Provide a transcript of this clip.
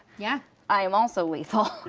yeah i am also lethal.